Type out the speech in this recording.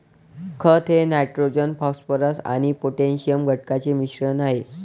खत हे nitrogen phosphorus आणि पोटॅशियम घटकांचे मिश्रण आहे